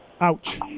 Ouch